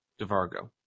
DeVargo